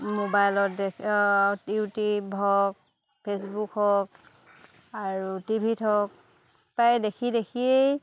মোবাইলত ইউটিউব হওক ফে'চবুক হওক আৰু টিভি ত হওক প্ৰায় দেখি দেখিয়েই